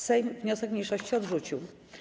Sejm wniosek mniejszości odrzucił.